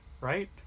right